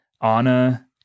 Anna